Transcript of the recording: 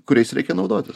kuriais reikia naudotis